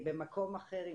במקום אחר,